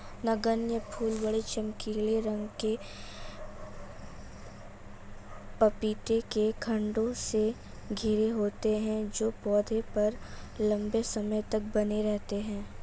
नगण्य फूल बड़े, चमकीले रंग के पपीते के खण्डों से घिरे होते हैं जो पौधे पर लंबे समय तक बने रहते हैं